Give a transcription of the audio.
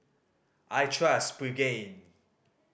I trust Pregain